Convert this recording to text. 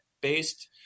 based